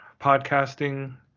podcasting